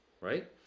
right